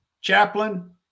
chaplain